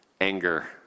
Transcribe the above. anger